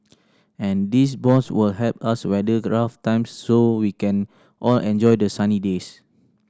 and these bonds will help us weather rough times so we can all enjoy the sunny days